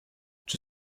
czy